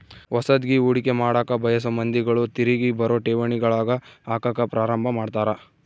ಹೊಸದ್ಗಿ ಹೂಡಿಕೆ ಮಾಡಕ ಬಯಸೊ ಮಂದಿಗಳು ತಿರಿಗಿ ಬರೊ ಠೇವಣಿಗಳಗ ಹಾಕಕ ಪ್ರಾರಂಭ ಮಾಡ್ತರ